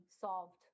solved